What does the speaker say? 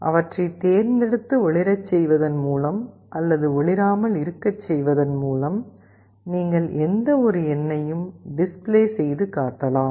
அவற்றை தேர்ந்தெடுத்து ஒளிரச் செய்வதன் மூலம் அல்லது ஒளிராமல் இருக்கச் செய்வதன் மூலம் நீங்கள் எந்தவொரு எண்ணையும் டிஸ்ப்ளே செய்து காட்டலாம்